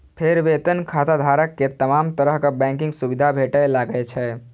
फेर वेतन खाताधारक कें तमाम तरहक बैंकिंग सुविधा भेटय लागै छै